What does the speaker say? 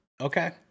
Okay